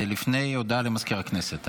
לפני כן הודעה למזכיר הכנסת.